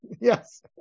Yes